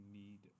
need